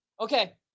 Okay